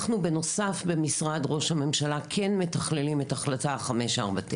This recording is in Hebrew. אנחנו בנוסף במשרד ראש הממשלה כן מתכללים את החלטה 549,